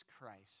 Christ